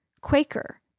Quaker